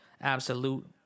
Absolute